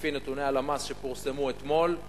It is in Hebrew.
גם לפי נתוני הלמ"ס, שפורסמו אתמול,